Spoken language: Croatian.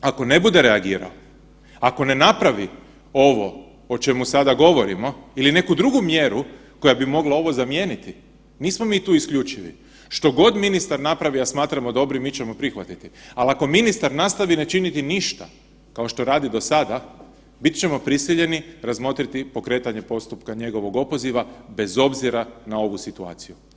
Ako ne bude reagirao, ako ne napravi ovo o čemu sada govorimo ili neku drugu mjeru koja bi mogla ovo zamijeniti, nismo mi tu isključivi, što god ministar napravi, a smatramo dobrim, mi ćemo prihvatiti, al ako ministar nastavi ne činiti ništa kao što radi do sada, bit ćemo prisiljeni razmotriti pokretanje postupka njegovog opoziva bez obzira na ovu situaciju.